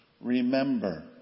remember